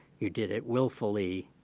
you did it willfully,